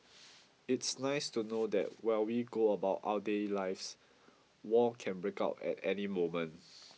it's nice to know that while we go about our daily lives war can break out at any moment